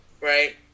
right